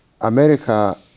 America